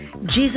Jesus